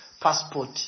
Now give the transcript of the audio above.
passport